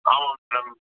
ஆமாம் மேடம்